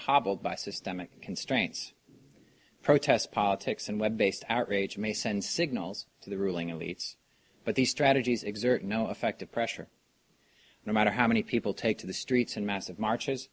hobbled by systemic constraints protest politics and web based outrage may send signals to the ruling elites but these strategies exert no effective pressure no matter how many people take to the streets in massive marches